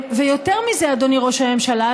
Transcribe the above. ויותר מזה אדוני ראש הממשלה,